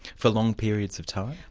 for long periods of time?